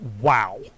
wow